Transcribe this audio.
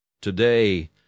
Today